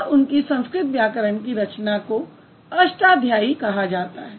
और उनकी संस्कृत व्याकरण की रचना को अष्टाध्यायी कहा जाता है